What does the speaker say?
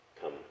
come